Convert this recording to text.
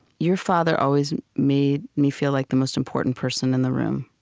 your father always made me feel like the most important person in the room.